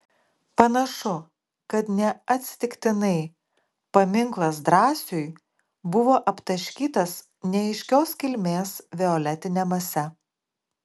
panašu kad neatsitiktinai paminklas drąsiui buvo aptaškytas neaiškios kilmės violetine mase